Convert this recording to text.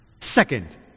Second